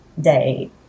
day